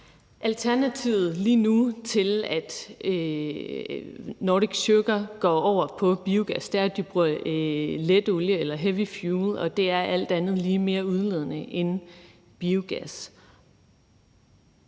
Alternativet lige nu til, at Nordic Sugar går over på biogas, er, at de bruger letolie eller heavy fuel, og det er alt andet lige mere udledende end biogas.